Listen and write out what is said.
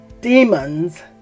demons